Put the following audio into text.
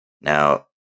Now